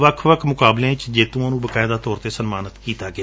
ਵੱਖ ਵੱਖ ਮੁਕਾਬਲਿਆਂ ਚ ਜੇਤੁਆਂ ਨੁੰ ਬਕਾਇਦਾ ਸਨਮਾਨਤ ਵੀ ਕੀਤਾ ਗਿਆ